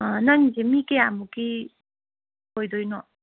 ꯑꯥ ꯅꯪꯒꯤꯁꯦ ꯃꯤ ꯀꯌꯥꯃꯨꯛꯀꯤ ꯑꯣꯏꯗꯣꯏꯅꯣ